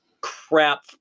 crap